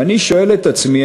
ואני שואל את עצמי,